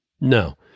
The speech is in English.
No